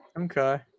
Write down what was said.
Okay